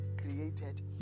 created